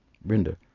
Brenda